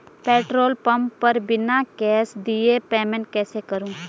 Petrol pump पर बिना cash दिए पेमेंट कैसे करूँ?